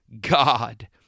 God